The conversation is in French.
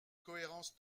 cohérence